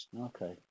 okay